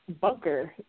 bunker